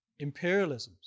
imperialisms